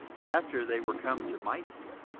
after they were come to mysia,